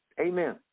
Amen